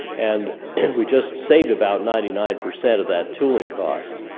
and and we just saved about ninety nine percent of that tooling cost.